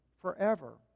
forever